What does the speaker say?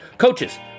coaches